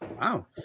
Wow